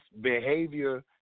behavior